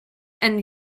and